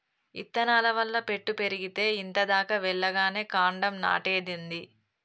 ఇత్తనాల వల్ల పెట్టు పెరిగేతే ఇంత దాకా వెల్లగానే కాండం నాటేదేంది